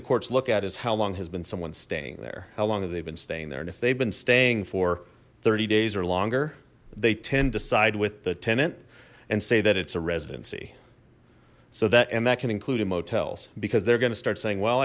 the courts look at is how long has been someone's staying there how long have they been staying there and if they've been staying for thirty days or longer they tend to side with the tenant and say that it's a residency so that and that can include in motels because they're gonna start saying well